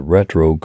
Retro